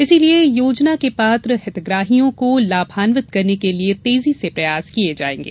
इसीलिये योजना के पात्र हितग्राहियों को लाभान्वित करने के लिए तेजी से प्रयास किये जाये